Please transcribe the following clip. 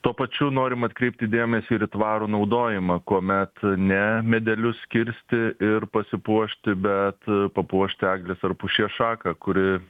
tuo pačiu norim atkreipti dėmesį ir į tvarų naudojimą kuomet ne medelius kirsti ir pasipuošti bet papuošti eglės ar pušies šaką kuri